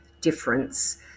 difference